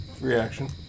reaction